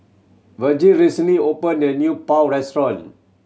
Vergil recently open a new Pho restaurant